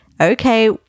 okay